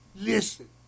listen